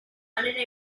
manera